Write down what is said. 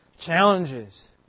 Challenges